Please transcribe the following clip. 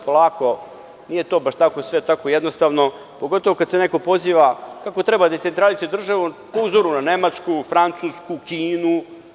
Polako, nije to baš tako sve jednostavno, pogotovo kada se neko poziva kako treba decentralisati državu po uzoru na Nemačku, Francusku, Kinu.